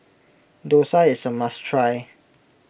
Dosa is a must try